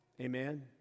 amen